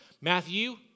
Matthew